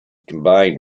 combined